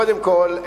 קודם כול,